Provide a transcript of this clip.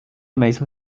myśl